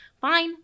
Fine